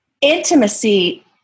intimacy